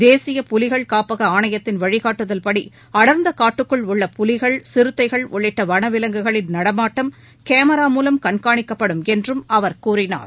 தேசிய புலிகள் காப்பக ஆணையத்தின் வழிகாட்டுதல்படி அடர்ந்த காட்டுக்குள் உள்ள புலிகள் சிறுத்தைகள் உள்ளிட்ட வன விவங்குகளின் நடமாட்டம் கேமரா மூலம் கண்காணிக்கப்படும் என்றும் அவர் கூறினார்